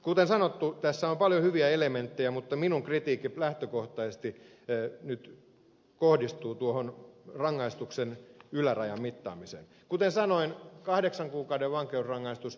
kuten sanottu tässä on paljon hyviä elementtejä mutta minun kritiikkini lähtökohtaisesti nyt kohdistuu tuohon rangaistuksen ylärajan mittaamiseen kuten sanoin kahdeksan kuukauden vankeusrangaistukseen